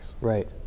Right